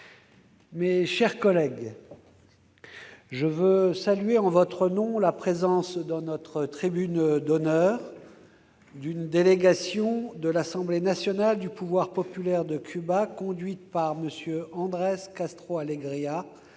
Mes chers collègues, je veux saluer en votre nom la présence, dans notre tribune d'honneur, d'une délégation de l'Assemblée nationale du pouvoir populaire de Cuba, conduite par M. Andrés Castro Alegria,